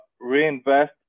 reinvest